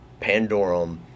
Pandorum